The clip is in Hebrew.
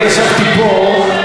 אני ישבתי פה,